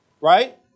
Right